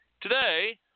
Today